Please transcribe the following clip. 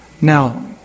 Now